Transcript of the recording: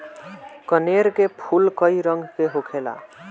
कनेर के फूल कई रंग के होखेला